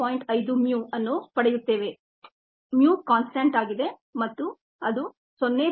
5 mu ಅನ್ನು ಪಡೆಯುತ್ತೇವೆ mu constant ಆಗಿದೆ ಮತ್ತು ಅದು 0